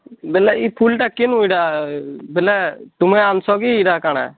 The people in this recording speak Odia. ବୋଲେ ଇ ଫୁଲ୍ଟା କିନୁ ଏଇଟା ବୋଲେ ତୁମେ ଆଣିଛ କି ଇଟା କାଣା